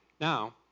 Now